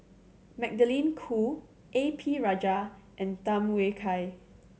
Magdalene Khoo A P Rajah and Tham Yui Kai